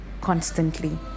constantly